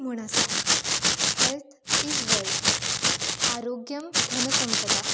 म्हण आसा health is wealth आरोग्यम धनसंपदा